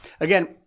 Again